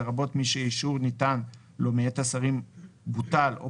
לרבות מי שהאישור שניתן לו מאת השרים בוטל או